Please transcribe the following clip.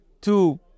two